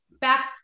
back